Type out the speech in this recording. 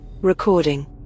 Recording